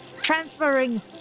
Transferring